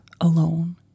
alone